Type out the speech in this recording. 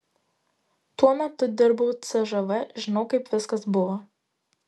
tuo metu dirbau cžv žinau kaip viskas buvo